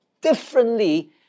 differently